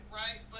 right